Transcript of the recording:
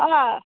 अँ